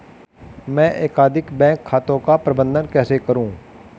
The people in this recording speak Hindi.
मैं एकाधिक बैंक खातों का प्रबंधन कैसे करूँ?